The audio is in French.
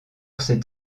cet